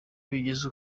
bigenze